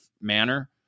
manner